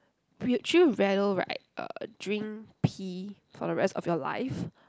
would you rather right uh drink pee for the rest of your life